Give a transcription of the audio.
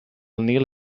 nil